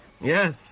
Yes